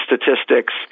statistics